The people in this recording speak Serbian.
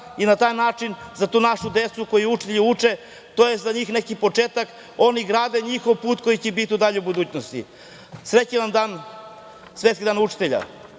i na taj način za tu našu decu koju učitelji uče, to je za njih neki početak, oni grade njihov put koji će biti u daljoj budućnosti. Srećan vam Svetski dan učitelja,